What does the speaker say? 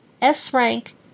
S-Rank